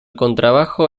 contrabajo